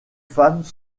femmes